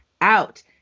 out